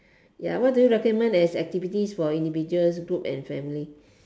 ya what do you recommend as activities for individuals groups and families